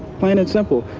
plain and simple,